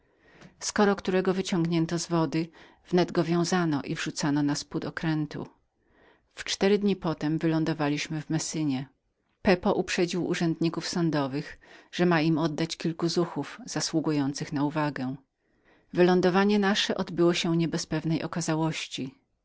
skoro którego wyciągano z wody wnet go wiązano i wrzucano na spód okrętu we cztery dni potem wylądowaliśmy w messynie pepo uprzedził sprawiedliwość że miał jej odkaćoddać kilku zuchów zasługujących na jej uwagę wylądowanie nasze nie odbyło się bez pewnej okazałości